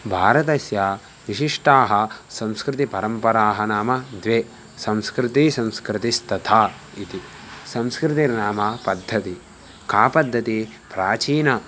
भारतस्य विशिष्टाः सांस्कृतिकपरम्पराः नाम द्वे संस्कृतं संस्कृतिस्तथा इति संस्कृतिर्नाम पद्धतिः का पद्धतिः प्राचीना